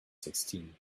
sixteen